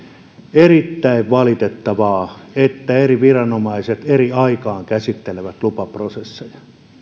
erittäin valitettavaa että eri viranomaiset eri aikaan käsittelevät lupaprosesseja